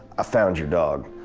found your dog.